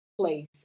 place